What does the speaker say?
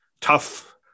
tough